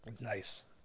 Nice